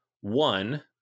one